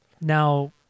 Now